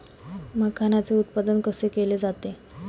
मखाणाचे उत्पादन कसे केले जाते?